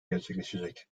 gerçekleşecek